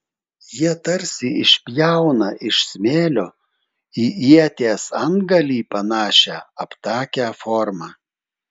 jie tarsi išpjauna iš smėlio į ieties antgalį panašią aptakią formą